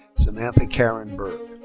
samantha karen berg.